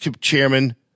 chairman